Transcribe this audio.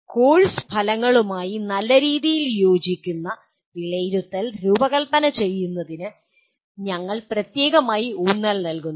course ഫലങ്ങളുമായി നല്ല രീതിയിൽ യോജിക്കുന്ന വിലയിരുത്തൽ രൂപകൽപ്പന ചെയ്യുന്നതിന് ഞങ്ങൾ പ്രത്യേകമായി ഊന്നൽ നൽകുന്നു